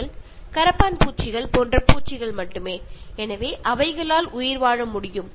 ചില ഇഴജന്തുക്കളോ പാറ്റകളോ പുഴുക്കളോ ഒക്കെ മാത്രമേ പിന്നെയും ഭൂമുഖത്ത് ഉണ്ടാവുകയുള്ളൂ